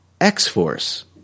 X-Force